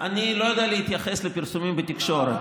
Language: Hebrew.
אני לא יודע להתייחס לפרסומים בתקשורת.